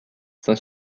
saint